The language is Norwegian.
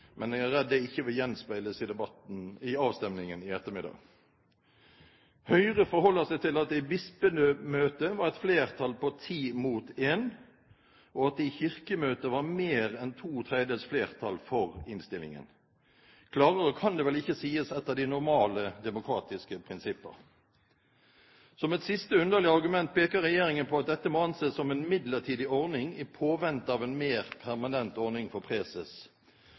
men jeg er redd det ikke vil gjenspeiles i avstemningen i ettermiddag. Høyre forholder seg til at det i Bispemøtet var et flertall på ti mot en, og at det i Kirkemøtet var mer enn to tredjedels flertall for innstillingen. Klarere kan det vel ikke sies etter de normale, demokratiske prinsipper. Som et siste, underlig argument peker regjeringen på at dette må anses som en midlertidig ordning i påvente av en mer permanent ordning for preses.